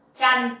chan